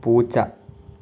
പൂച്ച